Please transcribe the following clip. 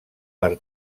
per